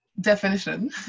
Definition